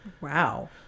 wow